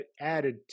added